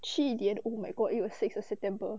去年 oh my god it was six of september